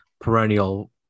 perennial